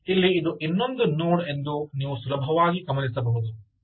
ಮತ್ತು ಇಲ್ಲಿ ಇದು ಇನ್ನೊಂದು ನೋಡ್ ಎಂದು ನೀವು ಸುಲಭವಾಗಿ ಗಮನಿಸಬಹುದು